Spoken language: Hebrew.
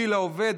גיל העובד),